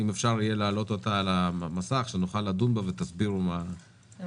אם אפשר יהיה להעלות אותה על המסך כדי שנוכל לדון בה ותסבירו מה עשיתם.